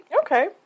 Okay